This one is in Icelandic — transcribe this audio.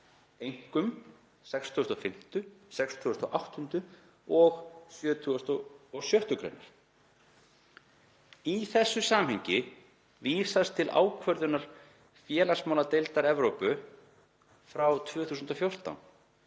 einkum 65., 68. og 76. gr. Í þessu samhengi vísast til ákvörðunar félagsmálanefndar Evrópu frá 2014